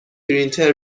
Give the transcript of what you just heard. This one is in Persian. پرینتر